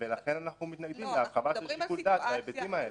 ולכן אנחנו מתנגדים להרחבה של שיקול דעת בהיבטים האלה.